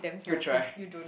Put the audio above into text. good try